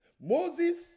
Moses